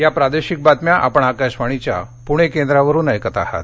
या प्रादेशिक बातम्या आपण आकाशवाणीच्या पुणे केंद्रावरुन ऐकत आहात